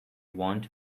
want